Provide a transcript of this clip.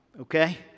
okay